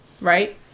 right